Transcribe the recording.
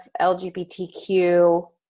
LGBTQ